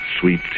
sweet